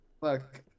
Look